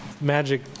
magic